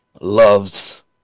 loves